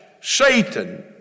Satan